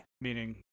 meaning